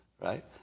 right